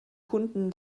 kunden